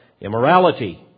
immorality